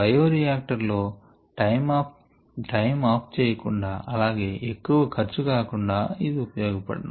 bioreactor లో time off చేయ కుండా అలాగే ఎక్కువ ఖర్చు కాకుండా ఇది ఉపయోగ పడును